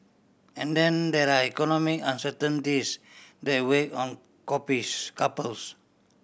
and then there are economic uncertainties that weigh on copies couples